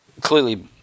Clearly